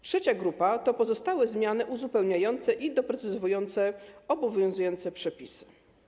Trzecia grupa to pozostałe zmiany uzupełniające i doprecyzowujące obowiązujące przepisy.